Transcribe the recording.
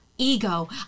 ego